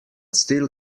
still